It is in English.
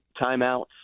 timeouts